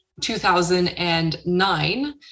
2009